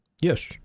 Yes